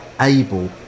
able